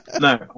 no